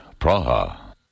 Praha